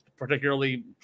particularly